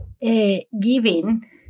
giving